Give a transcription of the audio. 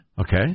Okay